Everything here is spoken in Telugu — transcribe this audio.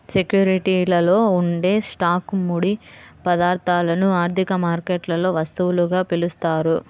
సెక్యూరిటీలలో ఉండే స్టాక్లు, ముడి పదార్థాలను ఆర్థిక మార్కెట్లలో వస్తువులుగా పిలుస్తారు